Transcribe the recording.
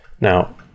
Now